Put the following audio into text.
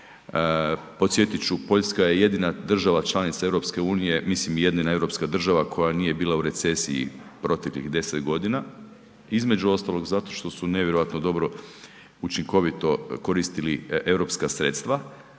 Podsjetit ću Poljska je jedina država članica EU, mislim jedina europska država koja nije bila u recesiji proteklih 10 godina, između ostalog zato što su nevjerojatno dobro, učinkovito koristili europska sredstva,